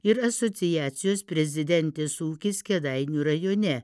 ir asociacijos prezidentės ūkis kėdainių rajone